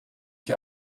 ich